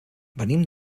venim